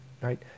right